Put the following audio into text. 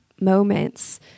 moments